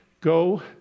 Go